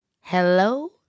Hello